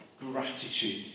gratitude